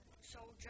soldier